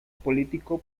político